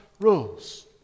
rules